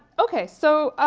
okay. so.